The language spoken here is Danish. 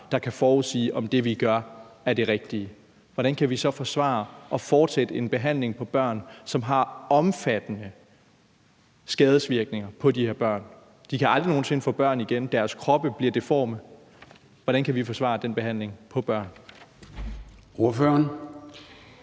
der kan forudsige, om det, vi gør, er det rigtige, hvordan kan vi så forsvare at fortsætte en behandling for børn, som har omfattende skadesvirkninger på de her børn? De kan aldrig nogen sinde få børn, og deres kroppe bliver deforme. Hvordan kan vi forsvare den behandling for børn?